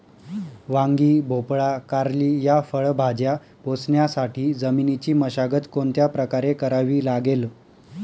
वांगी, भोपळा, कारली या फळभाज्या पोसण्यासाठी जमिनीची मशागत कोणत्या प्रकारे करावी लागेल?